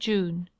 June